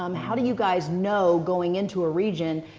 um how do you guys know, going into a region,